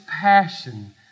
passion